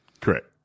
correct